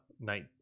Night